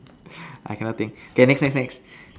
I cannot think okay next next next